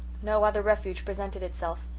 no other refuge presented itself.